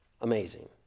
amazing